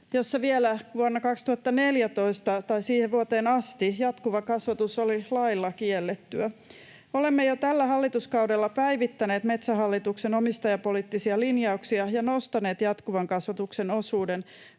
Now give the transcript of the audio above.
ajattelutavassa, jossa jatkuva kasvatus oli lailla kiellettyä vielä vuoteen 2014 asti. Olemme jo tällä hallituskaudella päivittäneet Metsähallituksen omistajapoliittisia linjauksia ja nostaneet jatkuvan kasvatuksen osuuden